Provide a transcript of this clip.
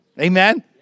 Amen